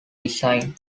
design